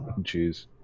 Jeez